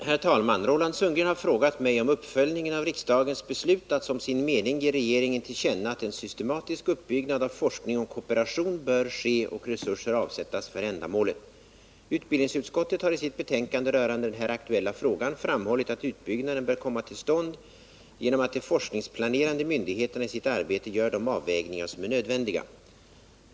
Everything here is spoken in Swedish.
Herr talman! Roland Sundgren har frågat mig om uppföljningen av riksdagens beslut att som sin mening ge regeringen till känna att en systematisk uppbyggnad av forskning om kooperation bör ske och resurser avsättas för ändamålet . Utbildningsutskottet har i sitt betänkande rörande den här aktuella frågan framhållit att utbyggnaden bör komma till stånd genom att de forskningsplanerande myndigheterna i sitt arbete gör de avvägningar som är nödvändiga.